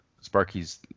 Sparky's